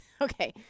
okay